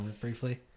briefly